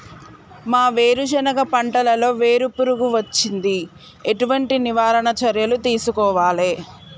మా వేరుశెనగ పంటలలో వేరు పురుగు వచ్చింది? ఎటువంటి నివారణ చర్యలు తీసుకోవాలే?